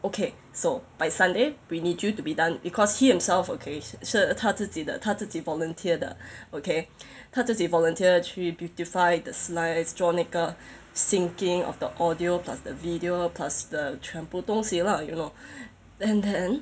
okay so by sunday we need you to be done because he himself okay 是他自己的他自己 volunteer 的 okay 他自己 volunteer 去 beautify the slides 做那个 syncing of the audio plus the video plus the 全部东西 lah you know and then